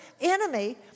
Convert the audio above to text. enemy